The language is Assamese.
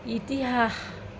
ইতিহাস